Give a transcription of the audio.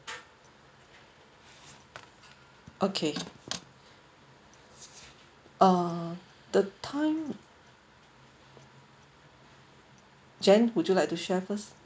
okay uh the time jen would you like to share first